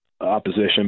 opposition